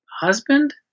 husband